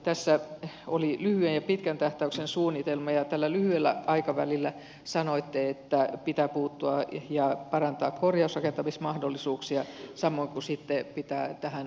tässä oli lyhyen ja pitkän tähtäyksen suunnitelma ja sanoitte että tällä lyhyellä aikavälillä pitää puuttua ja parantaa korjausrakentamismahdollisuuksia samoin kuin sitten pitää tähän liikenneverkkoon puuttua